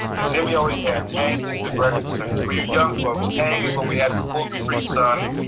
and jimmy always had tang instant breakfast drink. for you young folks, tang is what we had before capri-sun,